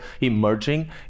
emerging